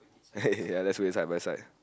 ya that's way side by side